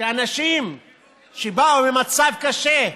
אנשים שבאו ממצב קשה,